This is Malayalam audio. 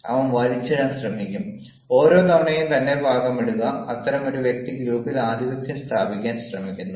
അവൻ വലിച്ചിടാൻ ശ്രമിക്കും ഓരോ തവണയും തന്റെ ഭാഗം ഇടുക അത്തരമൊരു വ്യക്തി ഗ്രൂപ്പിൽ ആധിപത്യം സ്ഥാപിക്കാൻ ശ്രമിക്കുന്നു